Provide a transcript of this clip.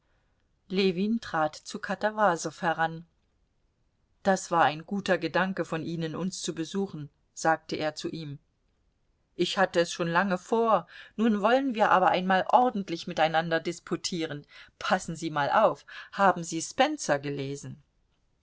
ljewin trat zu katawasow heran das war ein guter gedanke von ihnen uns zu besuchen sagte er zu ihm ich hatte es schon lange vor nun wollen wir aber einmal ordentlich miteinander disputieren passen sie mal auf haben sie spencer gelesen